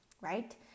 right